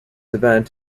event